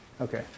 Okay